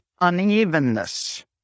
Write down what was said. unevenness